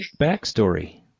backstory